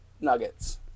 nuggets